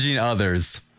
others